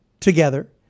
Together